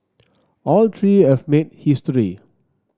all three have made history